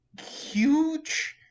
huge